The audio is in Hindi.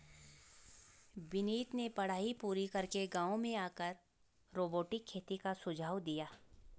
विनीत ने पढ़ाई पूरी करके गांव में आकर रोबोटिक खेती का सुझाव दिया